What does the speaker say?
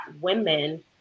women